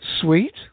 sweet